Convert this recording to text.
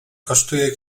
kosztuje